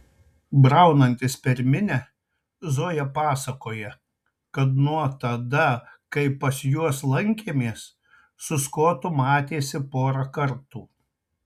braunantis per minią zoja pasakoja kad nuo tada kai pas juos lankėmės su skotu matėsi porą kartų